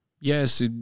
Yes